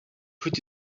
put